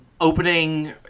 opening